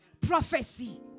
Prophecy